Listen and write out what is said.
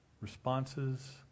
responses